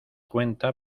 cuenta